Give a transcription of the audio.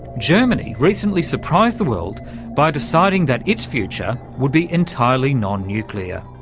germany recently surprised the world by deciding that its future would be entirely non-nuclear.